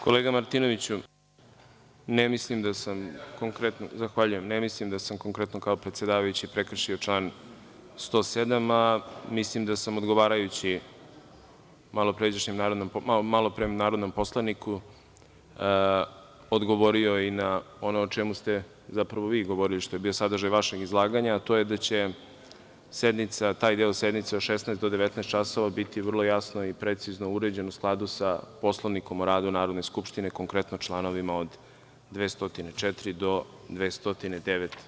Kolega Martinoviću, ne mislim da sam konkretno kao predsedavajući prekršio član 107. (Aleksandar Martinović: Ne tražim da se glasa.) Mislim da sam, odgovarajući malopre narodnom poslaniku, odgovorio i na ono o čemu ste zapravo vi govorili, što je bio sadržaj vašeg izlaganja, a to je da će taj deo sednice od 16.00 do 19.00 časova biti vrlo jasno i precizno urađen u skladu sa Poslovnikom o radu Narodne skupštine, konkretno članovima od 204. do 209.